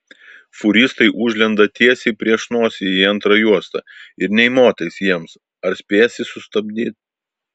fūristai užlenda tiesiai prieš nosį į antrą juostą ir nė motais jiems ar spėsi sustabdyt